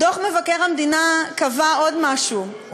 דוח מבקר המדינה קבע עוד משהו,